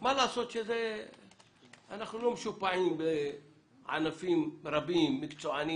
מה לעשות שאנחנו לא משופעים בענפים רבים ומקצועיים